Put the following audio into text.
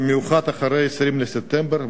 ובמיוחד אחרי 20 בספטמבר?